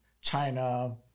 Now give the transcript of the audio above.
China